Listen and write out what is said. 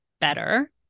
better